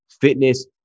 fitness